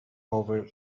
over